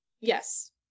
Yes